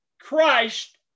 Christ